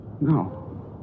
No